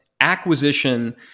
acquisition